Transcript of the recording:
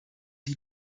die